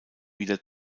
wieder